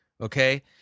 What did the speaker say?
Okay